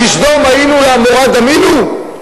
הכסדום היינו, לעמורה דמינו?